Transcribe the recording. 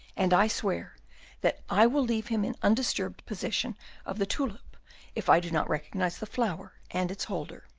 and i swear that i will leave him in undisturbed possession of the tulip if i do not recognise the flower and its holder.